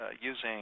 using